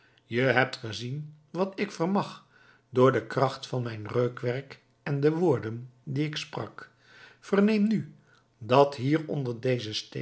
je hebt gezien wat ik vermag door de kracht van mijn reukwerk en de woorden die ik sprak verneem nu dat